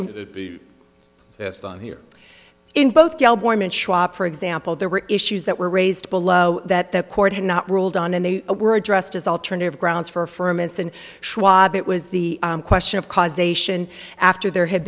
this bone here in both for example there were issues that were raised below that the court had not ruled on and they were addressed as alternative grounds for firm and schwab it was the question of causation after there had